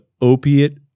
opiate